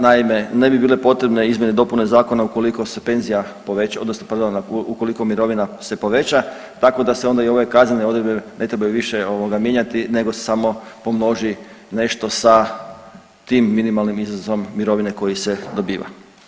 Naime, ne bi bile potrebne izmjene i dopune Zakona ukoliko se penzija poveća, odnosno pardon, ukoliko mirovina se poveća, tako da se onda i ove kaznene odredbe ne trebaju više ovaj mijenjati nego se samo pomnoži nešto sa tim minimalnim iznosom mirovine koji se dobiva.